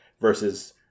versus